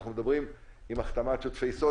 אנחנו מדברים על החתמת שותפי סוד,